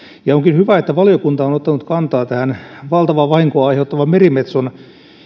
ja onkin hyvä että valiokunta on ottanut kantaa valtavaa vahinkoa aiheuttavan merimetson